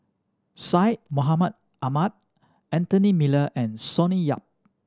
Syed Mohamed Ahmed Anthony Miller and Sonny Yap